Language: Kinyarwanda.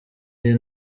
y’iyi